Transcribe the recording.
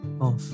off